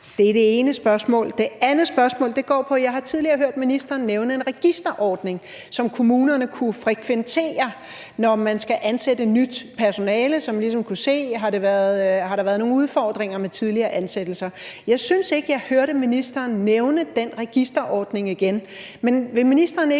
Det er det ene spørgsmål. Det andet spørgsmål går på, at jeg tidligere har hørt ministeren nævne en registerordning, som kommunerne kunne frekventere, når man skal ansætte nyt personale, så man ligesom kunne se, om der har været nogle udfordringer med tidligere ansættelser. Jeg synes ikke, jeg hørte ministeren nævne den registerordning igen. Men vil ministeren ikke